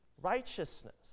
righteousness